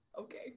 Okay